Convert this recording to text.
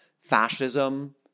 fascism